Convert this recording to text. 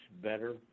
better